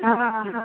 हाँ हाँ